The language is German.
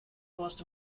horst